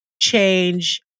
change